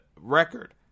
record